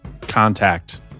contact